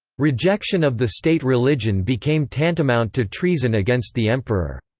rejection of the state religion became tantamount to treason against the emperor.